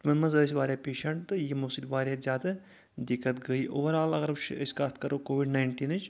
تِمَن منٛز ٲسۍ واریاہ پیشَنٛٹ تہٕ یِمو سۭتۍ واریاہ زیادٕ دِکَت گٔیے اوٚوَرآل اگر أسۍ کَتھ کَرو کووِڈ ناینٹیٖنٕچ